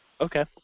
okay